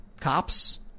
cops